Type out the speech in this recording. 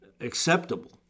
acceptable